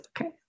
Okay